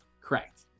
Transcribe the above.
correct